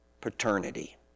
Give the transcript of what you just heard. paternity